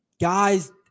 guys